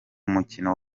mukino